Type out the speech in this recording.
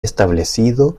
establecido